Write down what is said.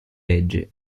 leggi